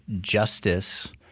justice